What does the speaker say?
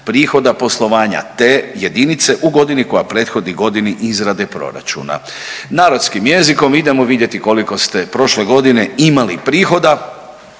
prihoda poslovanja te jedinice u godini koja prethodi godini izrade proračuna. Narodskim jezikom idemo vidjeti koliko ste prošle godine imali prihoda